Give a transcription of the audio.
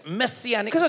messianic